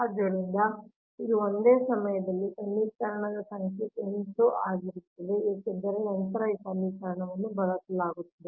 ಆದ್ದರಿಂದ ಇದು ಒಂದೇ ಸಮಯದಲ್ಲಿ ಸಮೀಕರಣ ಸಂಖ್ಯೆ 8 ಆಗಿದೆ ಏಕೆಂದರೆ ನಂತರ ಈ ಸಮೀಕರಣವನ್ನು ಬಳಸಲಾಗುತ್ತದೆ